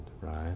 right